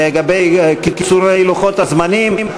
לגבי קיצורי לוחות הזמנים,